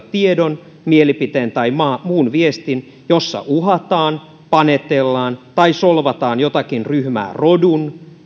tiedon mielipiteen tai muun viestin jossa uhataan panetellaan tai solvataan jotakin ryhmää rodun